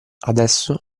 adesso